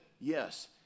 yes